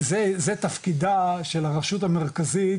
זה תפקידה של הרשות המרכזית